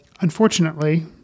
Unfortunately